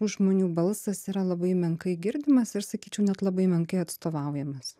žmonių balsas yra labai menkai girdimas ir sakyčiau net labai menkai atstovaujamas